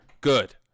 Good